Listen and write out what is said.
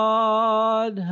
God